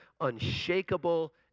unshakable